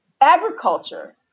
agriculture